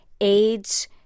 AIDS